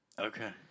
Okay